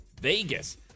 Vegas